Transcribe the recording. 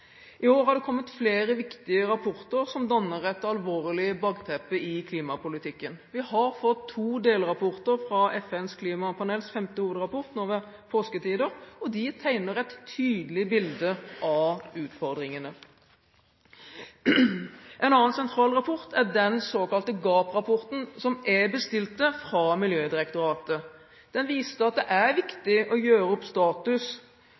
I år har det kommet flere viktige rapporter som danner et alvorlig bakteppe i klimapolitikken. Vi fikk to delrapporter fra FNs klimapanels femte hovedrapport ved påsketider. De tegner et tydelig bilde av utfordringene. En annen sentral rapport er den såkalte gap-rapporten som jeg bestilte fra Miljødirektoratet. Den viste at det er viktig å gjøre opp status